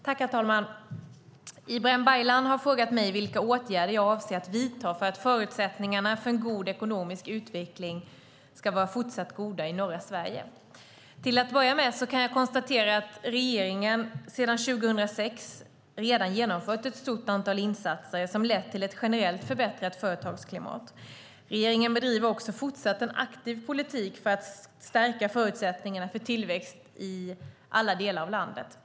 Herr talman! Ibrahim Baylan har frågat mig vilka åtgärder jag avser att vidta för att förutsättningarna för en god ekonomisk utveckling ska vara fortsatt goda i norra Sverige. Till att börja med kan jag konstatera att regeringen sedan 2006 genomfört ett stort antal insatser som lett till ett generellt förbättrat företagsklimat. Regeringen bedriver också fortsatt en aktiv politik för att stärka förutsättningarna för tillväxt i alla delar av landet.